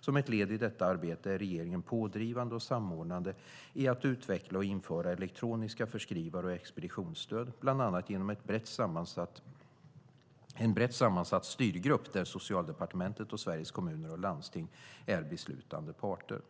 Som ett led i detta arbete är regeringen pådrivande och samordnande i att utveckla och införa elektroniska förskrivar och expeditionsstöd, bland annat genom en brett sammansatt styrgrupp där Socialdepartementet och Sveriges Kommuner och Landsting är beslutande parter.